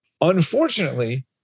Unfortunately